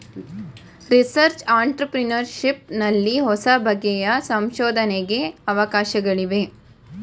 research entrepreneurship ನಲ್ಲಿ ಹೊಸಬಗೆಯ ಸಂಶೋಧನೆಗೆ ಅವಕಾಶಗಳಿವೆ